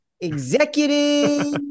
Executive